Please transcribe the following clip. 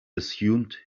assumed